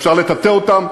אפשר לטאטא אותם,